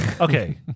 Okay